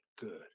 good